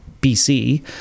BC